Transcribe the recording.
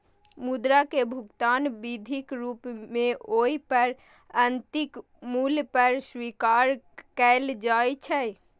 मुद्रा कें भुगतान विधिक रूप मे ओइ पर अंकित मूल्य पर स्वीकार कैल जाइ छै